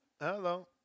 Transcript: Hello